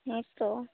ᱦᱮᱸ ᱛᱚ